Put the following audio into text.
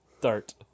Dart